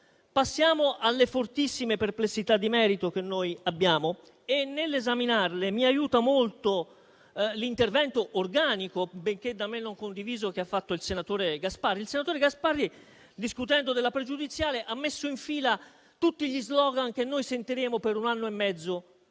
Passiamo alle fortissime perplessità di merito che abbiamo; nell'esaminarle mi aiuta molto l'intervento organico, benché da me non condiviso, che ha fatto il senatore Gasparri. Il senatore Gasparri, discutendo della pregiudiziale, ha messo in fila tutti gli slogan che sentiremo per un anno e mezzo